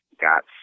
got